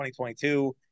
2022 –